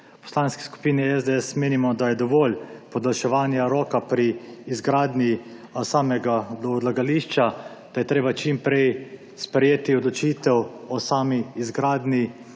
Poslanski skupini SDS menimo, da je dovolj podaljševanja roka pri izgradnji odlagališča, da je treba čim prej sprejeti odločitev o izgradnji